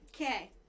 okay